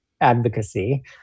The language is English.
advocacy